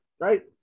right